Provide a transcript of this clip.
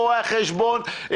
רואי החשבון,